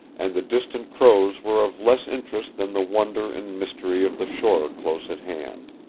and the distant crows were of less interest than the wonder and mystery of the shore close at hand.